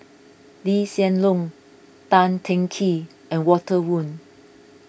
Lee Hsien Loong Tan Teng Kee and Walter Woon